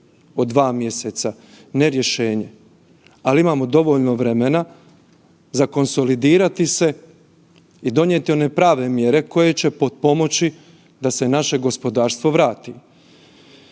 od 2 mjeseca. Ne rješenje. Ali imamo dovoljno vremena za konsolidirati se i donijeti one prave mjere koje će potpomoći da se naše gospodarstvo vrati.